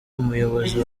umuyobozi